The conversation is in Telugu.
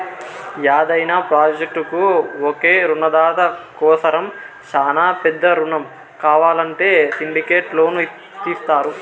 యాదైన ప్రాజెక్టుకు ఒకే రునదాత కోసరం శానా పెద్ద రునం కావాలంటే సిండికేట్ లోను తీస్తారు